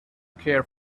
care